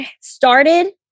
started